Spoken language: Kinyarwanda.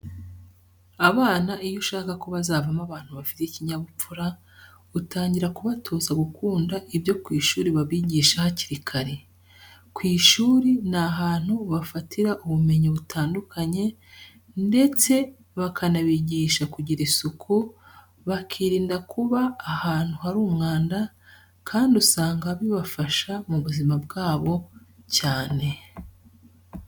Abana iyo ushaka ko bazavamo abantu bafite ikinyabupfura, utangira kubatoza gukunda ibyo ku ishuri babigisha hakiri kare. Ku ishuri ni ahantu bafatira ubumenyi butandukanye ndetse bakanabigisha kugira isuku, bakirinda kuba ahantu hari umwanda kandi usanga bibafasha mu buzima bwabo cyane.